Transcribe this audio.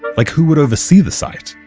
like who would oversee the site?